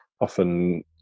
often